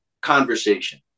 conversation